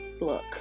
look